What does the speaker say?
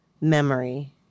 memory